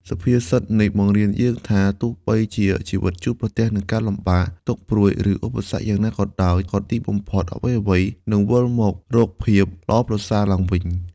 សុភាសិតនេះបង្រៀនយើងថា ទោះបីជាជីវិតជួបប្រទះនឹងការលំបាក ទុក្ខព្រួយ ឬឧបសគ្គយ៉ាងណាក៏ដោយ ក៏ទីបំផុតអ្វីៗនឹងវិលមករកភាពល្អប្រសើរឡើងវិញ។